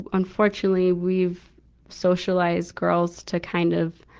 unfortunately, we've socialized girls to kind of,